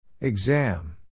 Exam